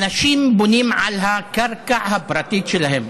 אנשים בונים על הקרקע הפרטית שלהם,